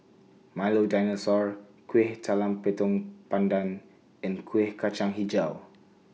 Milo Dinosaur Kueh Talam Tepong Pandan and Kuih Kacang Hijau